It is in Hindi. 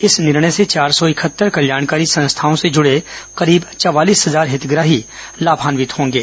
इस निर्णय से चार सौ इकहत्तर कल्याणकारी संस्थाओं से जुड़े करीब चवालीस हजार हितग्राही लाभान्वित होंगे